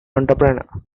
entrepreneur